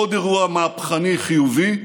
עוד אירוע מהפכני חיובי,